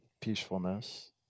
peacefulness